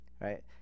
right